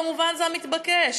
כמובן, זה המתבקש.